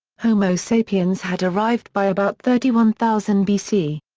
homo sapiens had arrived by about thirty one thousand bc.